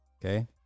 Okay